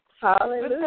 Hallelujah